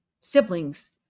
siblings